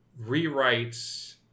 rewrites